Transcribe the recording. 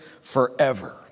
forever